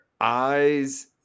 eyes